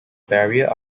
barrier